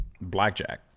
blackjack